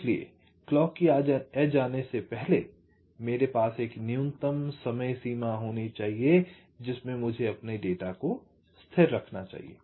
इसलिए क्लॉक की एज आने से पहले मेरे पास एक न्यूनतम समय होना चाहिए मुझे अपना डेटा स्थिर रखना चाहिए